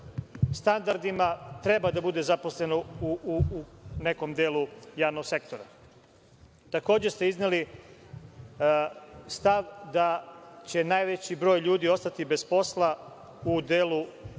treba da bude zaposleno u nekom delu javnog sektora? Takođe ste izneli stav da će najveći broj ljudi ostati bez posla u delu